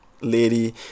lady